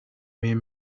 you